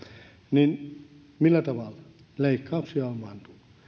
millä tavalla huomioitu leikkauksia on vain tullut